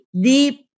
deep